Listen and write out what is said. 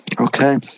okay